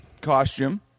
costume